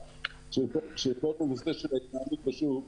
נושא ההתנהלות בשוק,